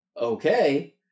okay